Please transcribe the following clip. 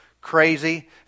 crazy